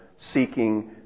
seeking